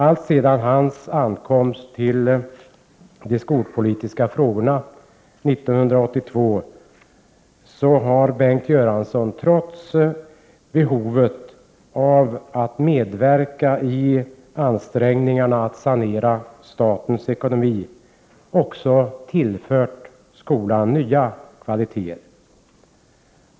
Alltsedan sin ankomst till de skolpolitiska frågorna 1982 har Bengt Göransson, trots behovet av att också medverka i ansträngningarna att sanera statens ekonomi, tillfört skolan nya kvaliteter.